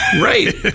right